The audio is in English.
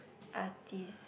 are this